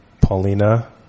Paulina